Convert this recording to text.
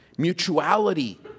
mutuality